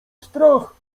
strach